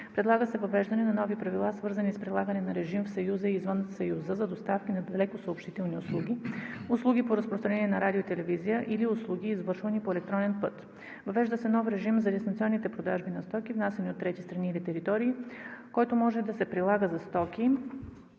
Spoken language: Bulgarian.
Предлага се въвеждане на нови правила, свързани с прилагане на режим в Съюза и режим извън Съюза за доставки на далекосъобщителни услуги, услуги по разпространение на радио и телевизия или услуги, извършвани по електронен път. Въвежда се нов режим за дистанционните продажби на стоки, внасяни от трети страни или територии, който може да се прилага за стоки,